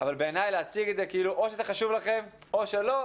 בעיניי להציג את זה או שזה חשוב לכם או שלא,